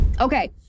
Okay